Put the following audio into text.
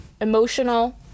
emotional